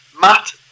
Matt